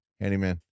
Handyman